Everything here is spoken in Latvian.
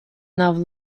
nav